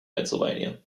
pennsylvania